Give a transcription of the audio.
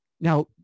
Now